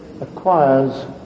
acquires